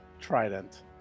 trident